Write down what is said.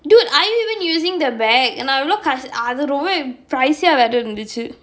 dude are you even using the bag நான் எவளோ காசு அது ரொம்போ:naan evalo kaasu athu rombo pricey யா வேற இருந்திச்சு:ya vaera irunthichchu